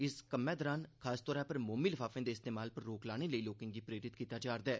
इस कम्मै दरान खासतौरा पर मोमी लफाफें दे इस्तेमाल पर रोक लाने लेई लोकें गी प्रेरित कीता जा'रदा ऐ